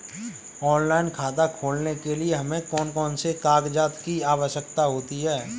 Online खाता खोलने के लिए हमें कौन कौन से कागजात की आवश्यकता होती है?